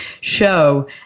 show